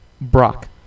Brock